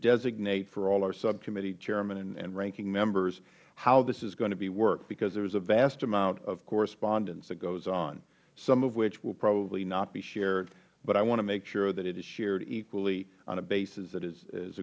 designate for all our subcommittee chairmen and ranking members how this is going to be worked because there is a vast amount of correspondence that goes on some of which probably will not be shared but i want to make sure that it is shared equally on a basis that is